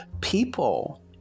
People